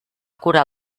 curar